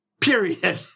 period